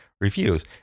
reviews